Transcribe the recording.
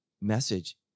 message